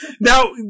Now